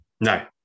No